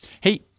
Hey